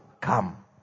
come